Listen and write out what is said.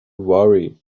worry